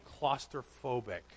claustrophobic